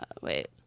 Wait